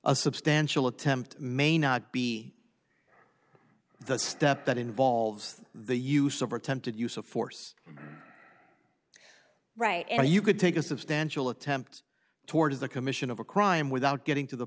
a substantial attempt may not be the step that involves the use of attempted use of force right and you could take a substantial attempt towards the commission of a crime without getting to the